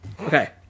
Okay